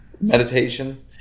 meditation